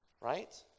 right